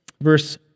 Verse